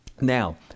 Now